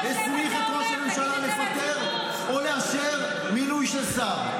-- הסמיך את ראש הממשלה לפטר או לאשר מינוי של שר.